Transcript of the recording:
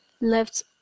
left